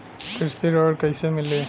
कृषि ऋण कैसे मिली?